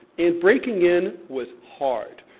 and breaking in was hard.